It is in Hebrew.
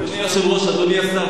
אדוני היושב-ראש,